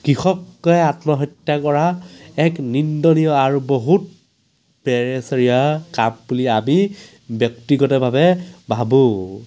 কৃষকে আত্মহত্যা কৰা এক নিন্দনীয় আৰু বহুত কাম বুলি আমি ব্যক্তিগতভাৱে ভাবোঁ